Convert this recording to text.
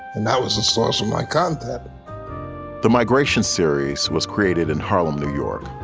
and that was the source of my content the migration series was created in harlem, new york.